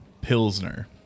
pilsner